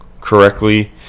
correctly